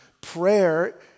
prayer